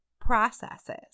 processes